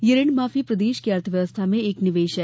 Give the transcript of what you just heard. यह ऋण माफी प्रदेश की अर्थव्यवस्था में एक निवेश है